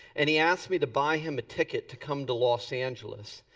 and he asked me to buy him a ticket to come to los angeles.